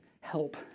help